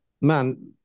Man